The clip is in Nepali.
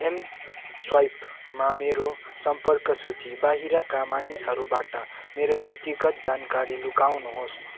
एम स्वाइपमा मेरो सम्पर्क सूची बाहिरका मानिसहरूबाट मेरो व्यक्तिगत जानकारी लुकाउनु होस्